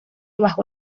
bajo